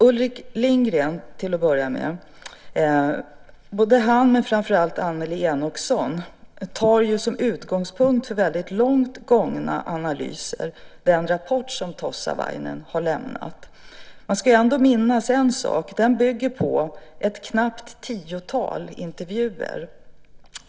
Ulrik Lindgren och framför allt Annelie Enochson tar som utgångspunkt för väldigt långt gångna analyser den rapport som Tossavainen har lämnat. Man ska ändå minnas en sak. Den bygger på ett knappt tiotal intervjuer.